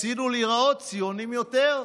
רצינו להיראות ציוניים יותר.